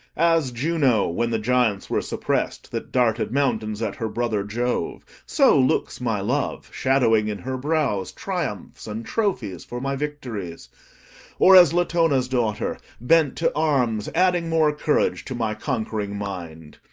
as juno, when the giants were suppress'd, that darted mountains at her brother jove, so looks my love, shadowing in her brows triumphs and trophies for my victories or as latona's daughter, bent to arms, adding more courage to my conquering mind.